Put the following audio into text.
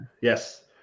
yes